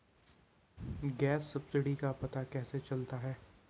Gas subsidy का पता कैसे चलता है?